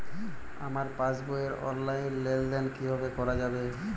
আমার পাসবই র অনলাইন লেনদেন কিভাবে করা যাবে?